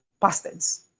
pastors